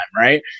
right